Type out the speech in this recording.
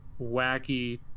wacky